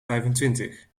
vijfentwintig